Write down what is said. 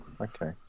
okay